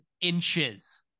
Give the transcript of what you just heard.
inches